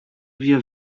wir